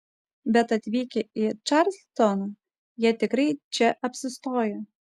bet atvykę į čarlstoną jie tikrai čia apsistoja